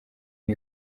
ari